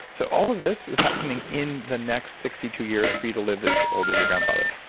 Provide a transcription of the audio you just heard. so all of this is happening in the next sixty two years for you to live as old as your grandfather.